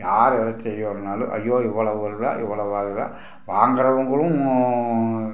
யார் எதை செய்யணுன்னாலும் ஐயோ இவ்வளோவு வருதா இவ்வளோவு வருதா வாங்கிறவங்களும்